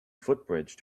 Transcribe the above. footbridge